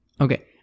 Okay